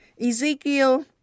Ezekiel